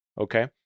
Okay